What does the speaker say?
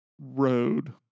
road